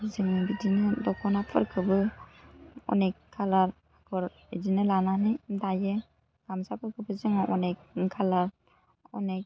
जोङो बिदिनो दख'नाफोरखौबो अनेक कालारफोर बिदिनो लानानै दायो गामसाफोरखौबो जोङो अनेक कालार अनेक